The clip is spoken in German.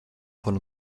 von